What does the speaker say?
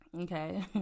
okay